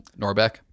norbeck